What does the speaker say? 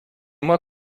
moi